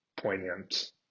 poignant